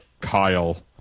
Kyle